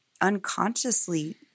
unconsciously